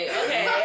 okay